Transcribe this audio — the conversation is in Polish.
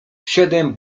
siedem